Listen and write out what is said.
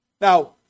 Now